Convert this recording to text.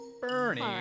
Bernie